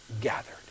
gathered